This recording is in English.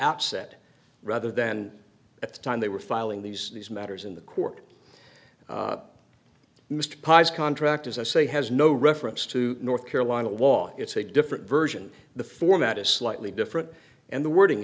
outset rather than at the time they were filing these matters in the court must pi's contract as i say has no reference to north carolina law it's a different version the format is slightly different and the wording